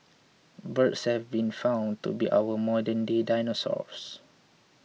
birds have been found to be our modernday dinosaurs